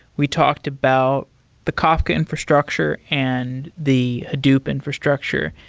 we talked about the kafka infrastructure and the hadoop infrastructure.